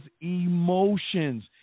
emotions